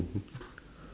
<Z<